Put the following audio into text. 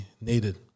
needed